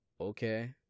okay